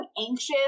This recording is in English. anxious